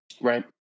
right